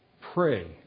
Pray